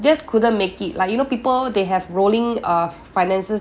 just couldn't make it like you know people they have rolling uh finances